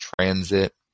transit